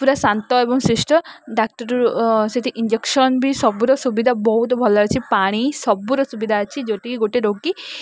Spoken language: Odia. ପୁରା ଶାନ୍ତ ଏବଂ ଶିଷ୍ଟ ଡାକ୍ତରରୁ ସେଠି ଇଞ୍ଜେକ୍ସନ୍ ବି ସବୁର ସୁବିଧା ବହୁତ ଭଲ ଅଛି ପାଣି ସବୁର ସୁବିଧା ଅଛି ଯେଉଁଠିକି ଗୋଟେ ରୋଗୀ